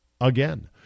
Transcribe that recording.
again